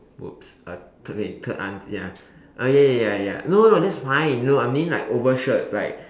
!oops! uh okay third aunt ya okay ya ya ya no no that's fine no I mean like overshirts like